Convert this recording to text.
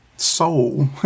Soul